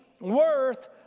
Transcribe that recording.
worth